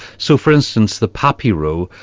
so for instance the papero,